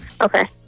Okay